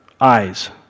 eyes